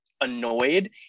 annoyed